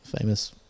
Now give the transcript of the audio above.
famous